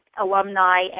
alumni